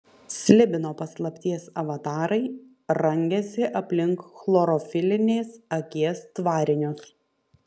slibino paslapties avatarai rangėsi aplink chlorofilinės akies tvarinius